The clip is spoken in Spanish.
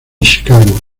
chicago